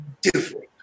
different